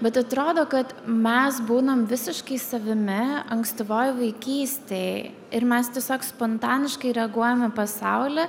bet atrodo kad mes būnam visiškai savimi ankstyvoj vaikystėj ir mes tiesiog spontaniškai reaguojam į pasaulį